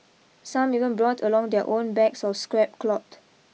some even brought along their own bags of scrap cloth